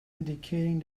indicating